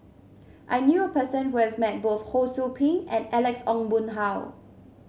I knew a person who has met both Ho Sou Ping and Alex Ong Boon Hau